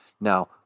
Now